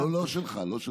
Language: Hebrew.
לא, לא שלך, לא שלך.